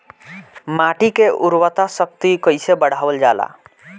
माटी के उर्वता शक्ति कइसे बढ़ावल जाला?